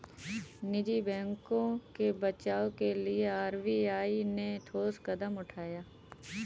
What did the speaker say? निजी बैंकों के बचाव के लिए आर.बी.आई ने ठोस कदम उठाए